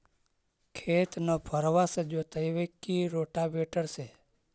खेत नौफरबा से जोतइबै की रोटावेटर से?